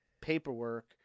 paperwork